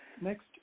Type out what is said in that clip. next